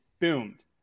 boomed